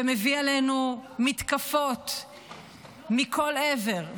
ומביא עלינו מתקפות מכל עבר,